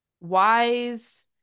wise